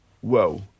whoa